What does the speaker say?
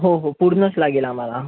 हो हो पूर्णच लागेल आम्हाला